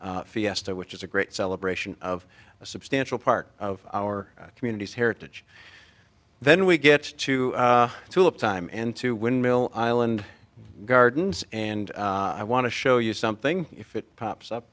fiesta which is a great celebration of a substantial part of our communities heritage then we get to tulip time into windmill island gardens and i want to show you something if it pops